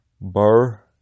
Burr